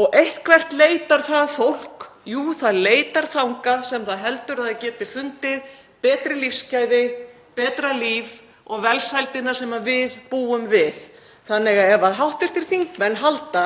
og eitthvert leitar það fólk. Jú, það leitar þangað sem það heldur að það geti fundið betri lífsgæði, betra líf og velsældina sem við búum við. Þannig að ef hv. þingmenn halda